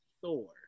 Thor